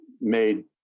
made